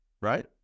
right